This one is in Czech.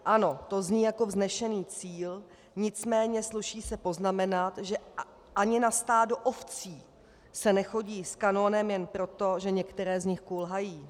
Ano, to zní jako vznešený cíl, nicméně sluší se poznamenat, že ani na stádo ovcí se nechodí s kanónem jen proto, že některé z nich kulhají.